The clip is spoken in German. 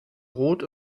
rot